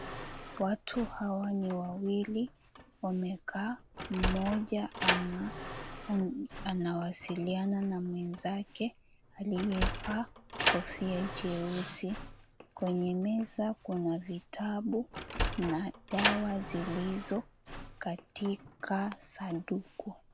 Watu hawa ni wawili wamekaa, mmoja anawasiliana na mwenzake aliyevaa kofia jeusi. Kwenye meza kuna vitabu na dawa zilizo katika sanduku.